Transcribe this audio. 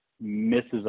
misses